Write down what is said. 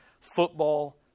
football